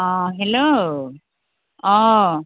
অঁ হেল্ল' অঁ